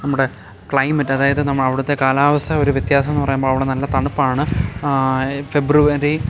നമ്മുടെ ക്ലൈമറ്റ് അതായത് അവിടുത്തെ കാലാവസ്ഥ ഒരു വ്യത്യാസം എന്നു പറയുമ്പോൾ അവിടെ നല്ല തണുപ്പാണ് ഫെബ്രുവരി